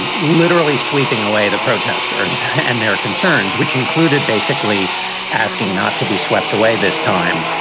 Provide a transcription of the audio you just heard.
and literally sweeping away the protesters and their concerns, which included basically asking not to be swept away this time.